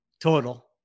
total